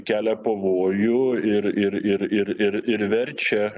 kelia pavojų ir ir ir ir ir ir verčia